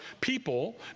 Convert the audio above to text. people